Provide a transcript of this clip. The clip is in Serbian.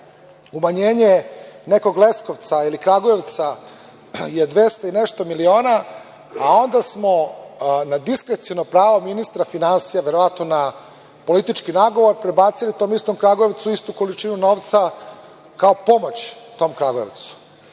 umanjenje nekog Leskovca ili Kragujevca je 200 i nešto miliona, a onda smo na diskreciono pravo ministra finansija, verovatno na politički nagovor prebacili tom istom Kragujevcu istu količinu novca kao pomoć tom Kragujevcu,